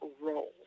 roles